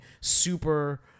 super